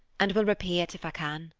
and will repay it if i can.